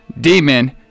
demon